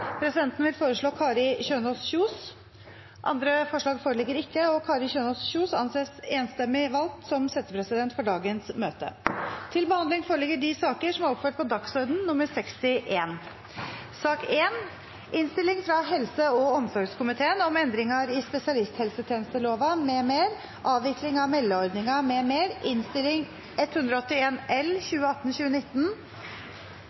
Presidenten vil foreslå Kari Kjønaas Kjos. – Andre forslag foreligger ikke, og Kari Kjønaas Kjos anses enstemmig valgt som settepresident for dagens møte. Etter ønske fra helse- og omsorgskomiteen vil presidenten foreslå at taletiden blir begrenset til 5 minutter til hver partigruppe og